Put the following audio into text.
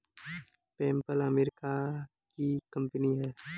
PayPal America की कंपनी है